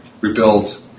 rebuild